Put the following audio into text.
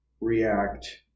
react